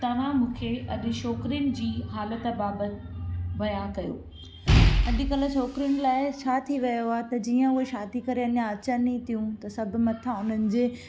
तव्हां मूंखे अॼु छोकिरियुनि जी हालति बाबति बया कयो अॼुकल्ह छोकिरियुनि लाइ छा थी वियो आहे त जीअं उहे शादी करे अञा अचनि ई थियूं त सभु मथां उन्हनि जे